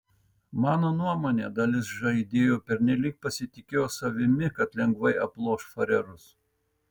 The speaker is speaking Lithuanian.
mano nuomone dalis žaidėjų pernelyg pasitikėjo savimi kad lengvai aploš farerus